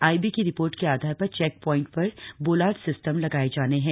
IB की report के आधार प्रर चेक प्वाइंट प्रर बोलार्ड सिस्टम लगाए जाने हैं